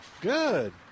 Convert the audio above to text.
Good